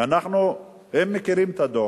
הם מכירים את הדוח,